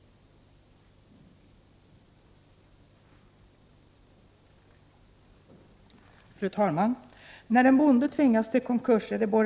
Då Roland Larsson, som framställt frågan, anmält att han var förhindrad att närvara vid sammanträdet, medgav förste vice talmannen att Anna Wohlin-Andersson i stället fick delta i överläggningen.